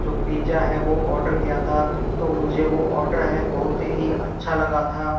जो पिज्जा है वो ओडर किया था तो मुझे वो ओडर है बहुत ही अच्छा लगा था